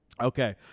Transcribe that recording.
Okay